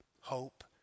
hope